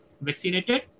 vaccinated